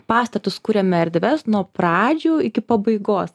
pastatus kuriame erdves nuo pradžių iki pabaigos